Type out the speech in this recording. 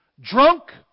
Drunk